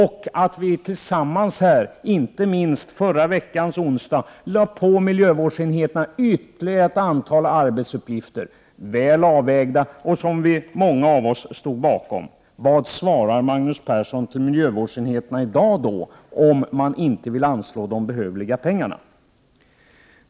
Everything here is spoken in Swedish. I förra veckan, i onsdags, lade vi tillsammans på miljövårdsenheterna ytterligare ett antal arbetsuppgifter, väl avvägda, som många av oss stod bakom. Vad svarar Magnus Persson miljövårdsenheterna i dag, om man inte vill anslå de behövliga pengarna?